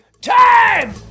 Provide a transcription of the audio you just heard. Time